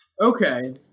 Okay